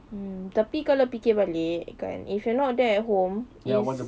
mm tetapi kalau fikir balik kan if you're not there at home is